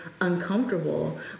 uncomfortable